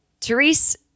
Therese